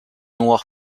noir